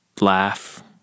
laugh